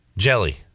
jelly